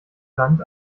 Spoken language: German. sand